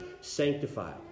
sanctified